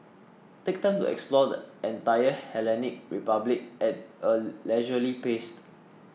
take time to explore the entire Hellenic Republic at a leisurely pace